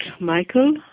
Michael